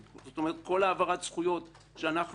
כלומר כל העברת זכויות שאנחנו עושים,